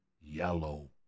yellow